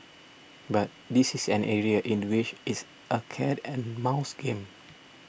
but this is an area in which it's a cat and mouse game